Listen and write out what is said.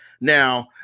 Now